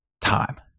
time